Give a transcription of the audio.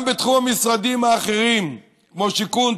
גם בתחום המשרדים האחרים כמו שיכון,